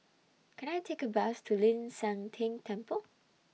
Can I Take A Bus to Ling San Teng Temple